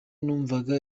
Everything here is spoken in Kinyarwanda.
numvaga